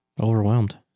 Overwhelmed